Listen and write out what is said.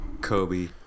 Kobe